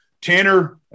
Tanner